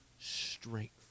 strength